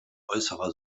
äußerer